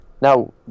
Now